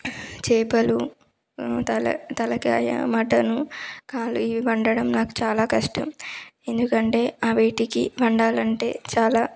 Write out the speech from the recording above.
చేపలు తల తలకాయ మటను కాలు ఇవి వండడం నాకు చాలా కష్టం ఎందుకంటే వాటికి వండాలి అంటే చాలా